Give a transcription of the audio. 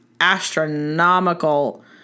astronomical